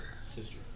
Sister